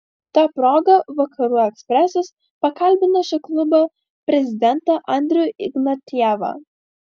ta proga vakarų ekspresas pakalbino šio klubo prezidentą andrių ignatjevą